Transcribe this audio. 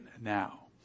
now